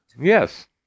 yes